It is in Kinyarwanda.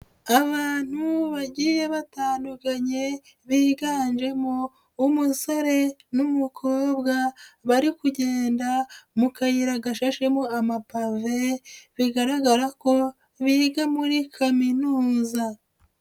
Abantu bagiye batandukanye biganjemo umusore n'umukobwa bari kugenda mu kayira gashashemo amapave bigaragara ko biga muri kaminuza.